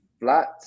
flat